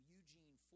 Eugene